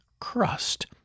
crust